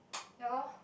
ya lor